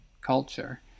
culture